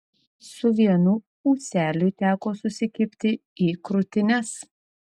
su vienu ūseliui teko susikibti į krūtines